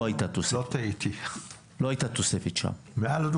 לא הייתה תוספת שם.